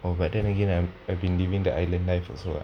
oh but then again I have been living the island life also [what]